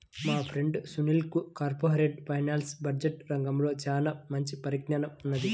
మా ఫ్రెండు సునీల్కి corporate finance, budget రంగాల్లో చానా మంచి పరిజ్ఞానం ఉన్నది